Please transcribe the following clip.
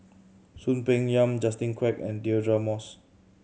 Soon Peng Yam Justin Quek and Deirdre Moss